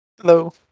Hello